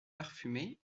parfumé